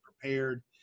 prepared